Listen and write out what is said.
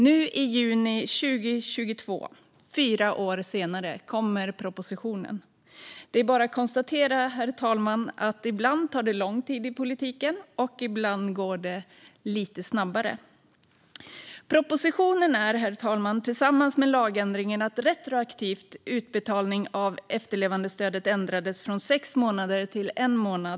Nu i juni 2022, fyra år senare, kommer propositionen. Det är bara att konstatera, herr talman, att det ibland tar lång tid i politiken och ibland går lite snabbare. Herr talman! Förslaget i propositionen innebär tillsammans med lagändringen att retroaktiv utbetalning av efterlevandestödet ändras från sex månader till en månad.